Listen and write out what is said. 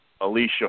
Alicia